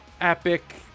epic